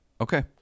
Okay